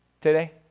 today